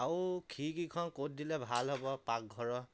আৰু খিৰিকীখন ক'ত দিলে ভাল হ'ব পাকঘৰৰ